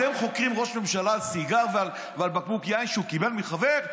אתם חוקרים ראש ממשלה על סיגר ועל בקבוק יין שהוא קיבל מחבר?